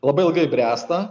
labai ilgai bręsta